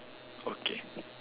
okay